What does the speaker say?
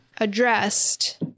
addressed